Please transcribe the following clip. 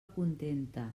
contenta